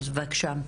בבקשה.